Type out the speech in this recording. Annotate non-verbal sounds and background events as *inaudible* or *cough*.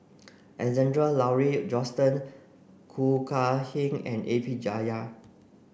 Alexander Laurie Johnston Khoo Kay Hian and A P *unintelligible*